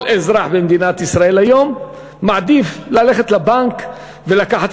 היום כל אזרח במדינת ישראל מעדיף ללכת לבנק ולקחת